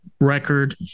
record